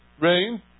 Rain